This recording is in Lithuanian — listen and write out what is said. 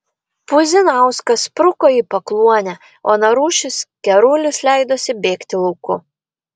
puzinauskas spruko į pakluonę o narušis kerulis leidosi bėgti lauku